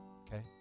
okay